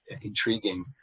intriguing